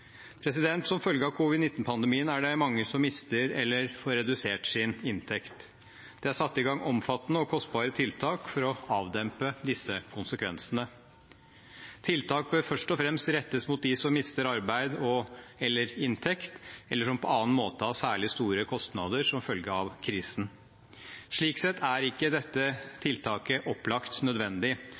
opp. Som følge av covid-19-pandemien er det mange som mister eller får redusert sin inntekt. Det er satt i gang omfattende og kostbare tiltak for å avdempe disse konsekvensene. Tiltak bør først og fremst rettes mot dem som mister arbeid og/eller inntekt, eller som på annen måte har særlig store kostnader som følge av krisen. Slik sett er ikke dette tiltaket opplagt nødvendig.